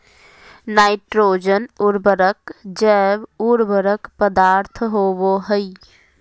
nitrogen उर्वरक जैव उर्वरक पदार्थ होबो हइ